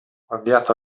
avviato